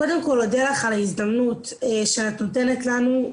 קודם כל אני מודה לך על ההזדמנות שאת נותנת לנו,